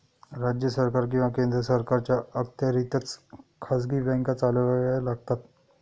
राज्य सरकार किंवा केंद्र सरकारच्या अखत्यारीतच खाजगी बँका चालवाव्या लागतात